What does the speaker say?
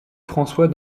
françois